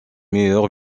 meilleur